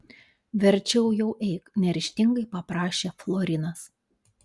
verčiau jau eik neryžtingai paprašė florinas